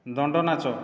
ଦଣ୍ଡନାଚ